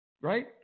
right